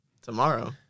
Tomorrow